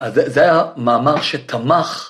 ‫אז זה המאמר שתמך.